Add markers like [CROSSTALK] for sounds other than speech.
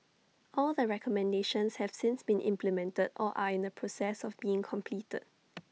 all the recommendations have since been implemented or are in the process of being completed [NOISE]